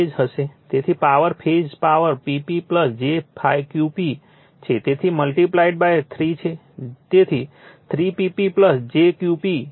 તેથી power phase power Pp j Qp છે તેથી મલ્ટીપ્લાઇડ 3 છે